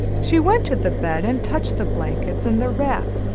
she went to the bed and touched the blankets and the wrap.